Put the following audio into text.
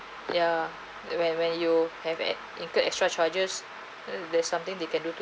ya when when you have an incur extra charges uh there's something they can do to